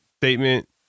statement